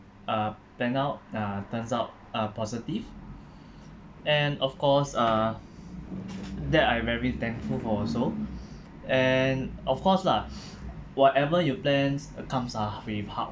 uh plan out uh turns out uh positive and of course uh that I very thankful for also and of course lah whatever you plans uh comes uh with hard